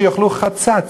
שיאכלו חצץ,